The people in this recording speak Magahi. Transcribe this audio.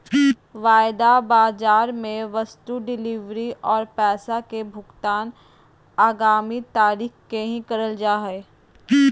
वायदा बाजार मे वस्तु डिलीवरी आर पैसा के भुगतान आगामी तारीख के ही करल जा हय